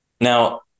Now